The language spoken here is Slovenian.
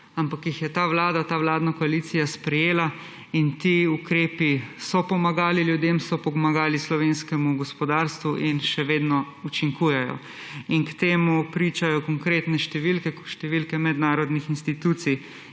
ampak jih je ta vlada, ta vladna koalicija sprejela in ti ukrepi so pomagali ljudem, so pomagali slovenskemu gospodarstvu in še vedno učinkujejo. O tem pričajo konkretne številke, številke mednarodnih institucij.